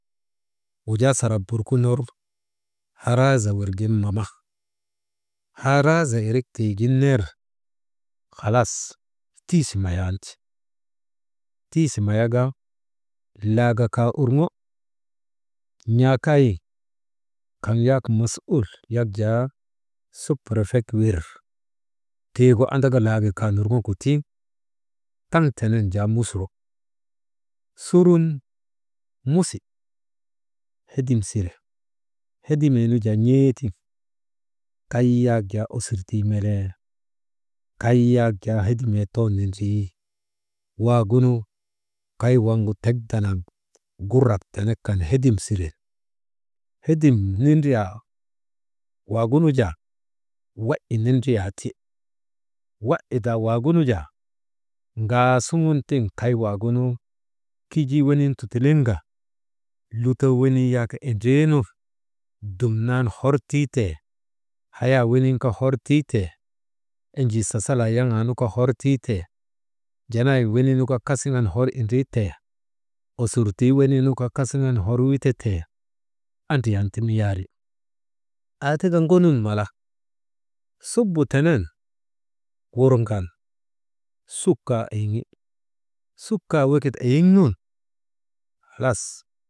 Wujaa sarap buku ner haraaza wirgin mama, haraaza irik tiigin ner halas tii si mayanti, tiisi mayaka laaga kaa urŋo n̰aakaa win kaŋ yak mosul yak jaa suppurefek wir, tiigu andaka laaga kaanurŋogu ti, taŋ tenen jaa musuro, surun musi hedim sire, hedimee nu jaa n̰ee tiŋ kay yak jaa osurtuu melee, kay yak jaa hedimee too nindrii, waagu nu kay waŋgu tek danaŋ kurrak tenek kan hedim siren hedim nindriyaa waagunu jaa, wai nindriyaa ti, wai daa waagunu jaa ŋaasuŋun tiŋ kay waagunu kijii wenin tutuliŋka, lutoo wenii yak indriinu dumnan hortii tee hayaa wenin kaa hor tii tee, enjii sasalaa weniinu kaa hortii tey janaayin weniinu kaa kasiŋan indrii tee, osurtuu wenii nu kaa kasiŋan hor witetee, andriyan ti miyaari. Aa tika ŋonun mala suba tenen wurŋan suk kaa eyiŋi suk kaa wekit eiyiŋ nun halas.